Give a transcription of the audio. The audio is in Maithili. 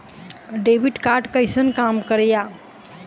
डेबिट कार्ड कैसन काम करेया?